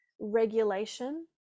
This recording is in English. regulation